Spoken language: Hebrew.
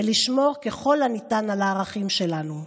ולשמור ככל הניתן על הערכים שלנו.